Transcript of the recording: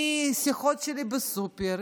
משיחות שלי בסופר,